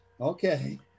Okay